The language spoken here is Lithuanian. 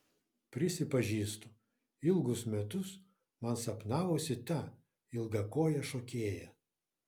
prisipažįstu ilgus metus man sapnavosi ta ilgakojė šokėja